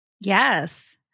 Yes